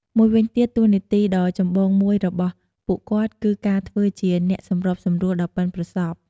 មួយវិញទៀត តួនាទីដ៏ចំបងមួយរបស់ពួកគាត់ គឺការធ្វើជា អ្នកសម្របសម្រួល ដ៏ប៉ិនប្រសប់។